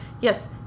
yes